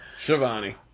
Shivani